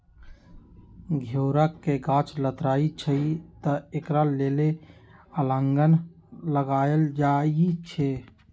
घिउरा के गाछ लथरइ छइ तऽ एकरा लेल अलांन लगायल जाई छै